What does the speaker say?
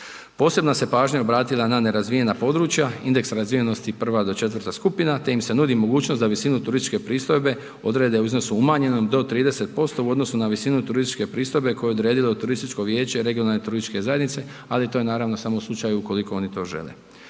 Posebna se pažnja obratila na nerazvijena područja, indeks razvijenosti 1 do 4 skupina te im se nudi mogućnost da visinu turističke pristojbe odrede u iznosu umanjenom do 30% u odnosu na visinu turističke pristojbe koju je odredilo turističko vijeće regionalne turističke zajednice, ali to je naravno samo u slučaju ukoliko oni to žele.